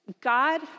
God